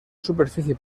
superficie